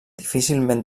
difícilment